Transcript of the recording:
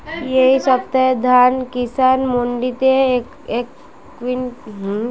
এই সপ্তাহে ধান কিষান মন্ডিতে কুইন্টাল প্রতি দাম কত?